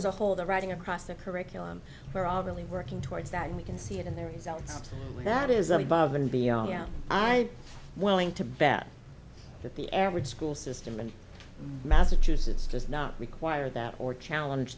as a whole the writing across the curriculum we're all really working towards that and we can see it in their results that is above and beyond am i willing to bet that the average school system in massachusetts just not require that or challenge